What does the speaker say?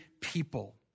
people